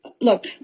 Look